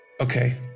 Okay